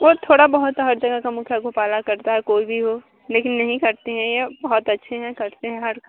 वह थोड़ा बहुत तो हर जगह का मुखिया घोटाला करता है कोई भी हो लेकिन नहीं करते हैं यह बहुत अच्छे हैं करते हैं हर